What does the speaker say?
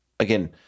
Again